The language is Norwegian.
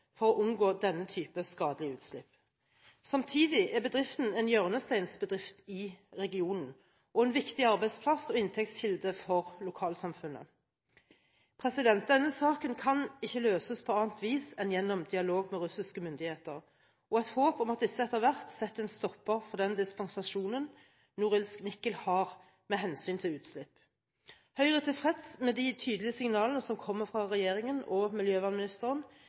for å unngå denne type skadelige utslipp. Samtidig er bedriften en hjørnesteinsbedrift i regionen og en viktig arbeidsplass og inntektskilde for lokalsamfunnet. Denne saken kan ikke løses på annet vis enn gjennom dialog med russiske myndigheter og et håp om at disse etter hvert setter en stopper for den dispensasjonen Norilsk Nickel har med hensyn til utslipp. Høyre er tilfreds med de tydelige signalene som kommer fra regjeringen og miljøvernministeren